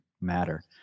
matter